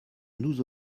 nous